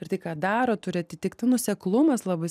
ir tai ką daro turi atitikti nuoseklumas labai